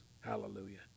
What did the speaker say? Hallelujah